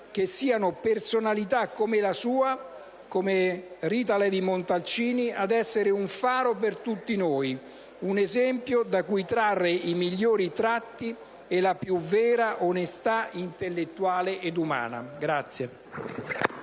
che siano personalità come la sua ad essere un faro per tutti noi. Un esempio da cui trarre i migliori tratti e la più vera onestà intellettuale ed umana.